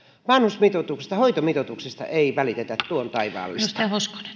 vanhusten hoitomitoituksista ei välitetä tuon taivaallista